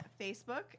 Facebook